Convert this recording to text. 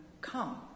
Come